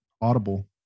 Audible